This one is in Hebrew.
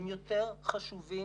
הם יותר חשובים